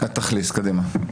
תכניס, קדימה.